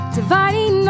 Dividing